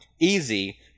easy